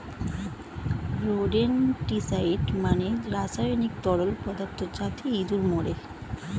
rodenticide মানে রাসায়নিক তরল পদার্থ যাতে ইঁদুর মরে